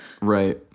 Right